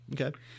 Okay